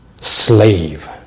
slave